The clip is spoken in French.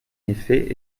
effet